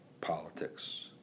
politics